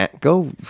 go